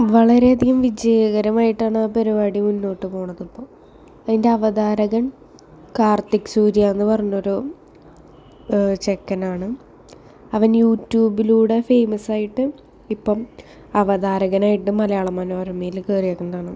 വളരെയധികം വിജയകരമായിട്ടാണാ പരിപാടി മുന്നോട്ട് പോകുന്നതിപ്പോള് അതിന്റെ അവതാരകൻ കാർത്തിക് സൂര്യ എന്ന് പറഞ്ഞൊരു ചെക്കനാണ് അവൻ യു ട്യൂബിലൂടെ ഫേമസായിട്ട് ഇപ്പോള് അവതാരകനായിട്ട് മലയാള മനോരമയില് കയറിയേക്കാണതാണ്